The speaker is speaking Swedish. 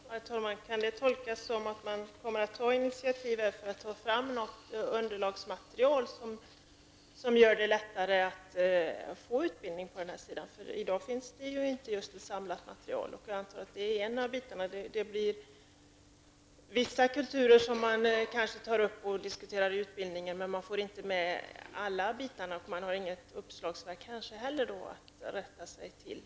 Herr talman! Kan detta tolkas som att det kommer att tas initiativ för att ta fram ett underlagsmaterial som gör det lättare att få utbildning på det området? I dag finns inte just något samlat material. Vissa kulturer kanske diskuteras i utbildningen, men allt kommer inte med. Det kanske inte heller finns något uppslagsverk att rätta sig efter.